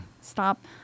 stop